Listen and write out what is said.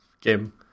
game